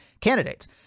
candidates